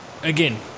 again